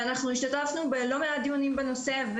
ואנחנו השתתפנו בלא מעט דיונים בנושא,